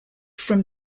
from